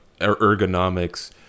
ergonomics